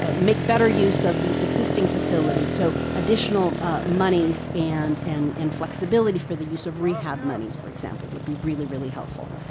ah make better use of the existing facilities, so additional monies and and and flexibility for the use of rehab monies, for example, would be really, really helpful.